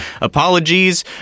Apologies